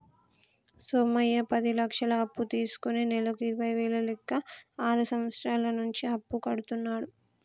సోమయ్య పది లక్షలు అప్పు తీసుకుని నెలకు ఇరవై వేల లెక్క ఆరు సంవత్సరాల నుంచి అప్పు కడుతున్నాడు